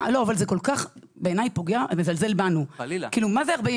להבין למה בשום